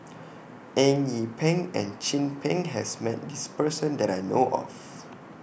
Eng Yee Peng and Chin Peng has Met This Person that I know of